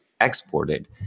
exported